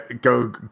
go